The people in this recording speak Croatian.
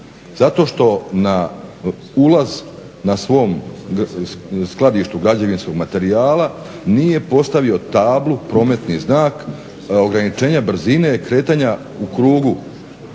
zato što na ulaz na svom skladištu građevinskog materijala nije postavio tablu, prometni znak ograničenja brzine kretanja u krugu